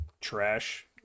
trash